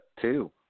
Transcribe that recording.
two